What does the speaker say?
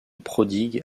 prodigue